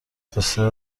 دسر